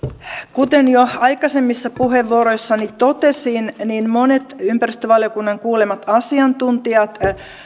kuten jo aikaisemmissa puheenvuoroissani totesin monet ympäristövaliokunnan kuulemat asiantuntijat